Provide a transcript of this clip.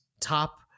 top